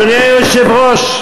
אדוני היושב-ראש,